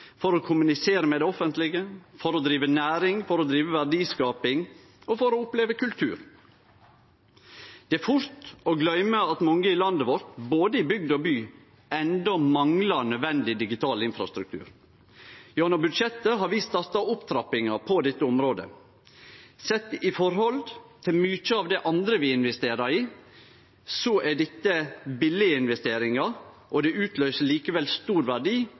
for å kommunisere med det offentlege, for å drive næring og verdiskaping og for å oppleve kultur. Det er fort gjort å gløyme at mange i landet vårt – både i bygd og by – enno manglar nødvendig digital infrastruktur. Gjennom budsjettet har vi starta opptrappinga på dette området. Sett i forhold til mykje av det andre vi investerer i, er dette billige investeringar, og dei utløyser likevel stor verdi